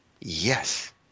Yes